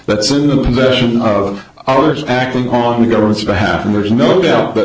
that's in the possession of others acting on the government's behalf and there's no doubt